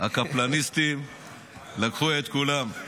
הקפלניסטים לקחו את כולם.